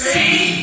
See